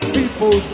People